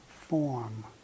form